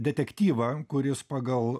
detektyvą kuris pagal